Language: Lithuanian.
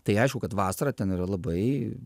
tai aišku kad vasarą ten yra labai